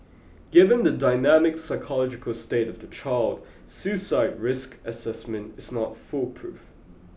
given the dynamic psychological state of the child suicide risk assessment is not foolproof